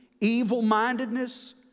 evil-mindedness